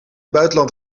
buitenland